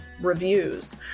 reviews